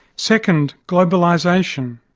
second, globalisation.